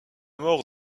mort